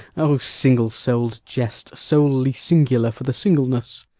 o single-soled jest, solely singular for the singleness!